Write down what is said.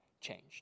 changed